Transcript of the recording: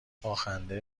باخنده